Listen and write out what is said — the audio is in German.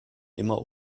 immer